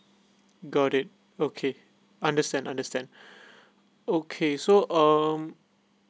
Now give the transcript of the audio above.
got it okay understand understand okay so um